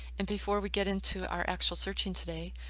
and before we get into our actual searching today,